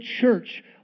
church